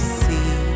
see